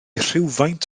rhywfaint